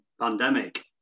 pandemic